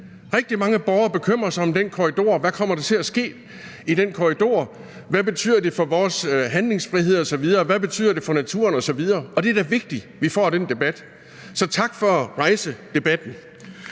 Rigtig mange borgere bekymrer sig om den korridor: Hvad kommer der til at ske i den korridor? Hvad betyder det for vores handlefrihed osv.? Hvad betyder det for naturen osv.? Og det er da vigtigt, at vi får den debat. Så tak for at rejse debatten.